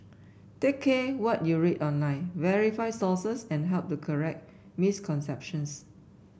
take care what you read online verify sources and help to correct misconceptions